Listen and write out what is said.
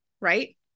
right